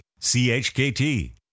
CHKT